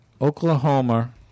Oklahoma